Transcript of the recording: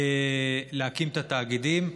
להקים את התאגידים.